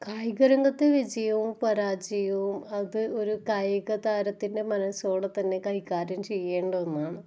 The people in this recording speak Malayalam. കായിക രംഗത്ത് വിജയവും പരാജയവും അത് ഒരു കായിക താരത്തിൻ്റെ മനസ്സോടെത്തന്നെ കൈകാര്യം ചെയ്യേണ്ട ഒന്നാണ്